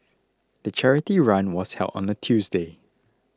the charity run was held on a Tuesday